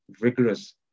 rigorous